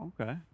okay